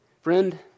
Friend